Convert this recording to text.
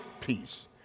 peace